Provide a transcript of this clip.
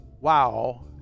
wow